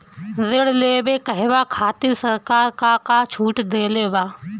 ऋण लेवे कहवा खातिर सरकार का का छूट देले बा?